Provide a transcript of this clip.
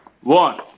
One